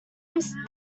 risk